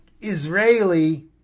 Israeli